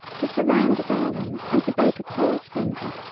to surround a garland and to bake a pole splinter,